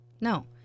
No